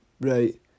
right